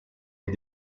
est